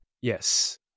yes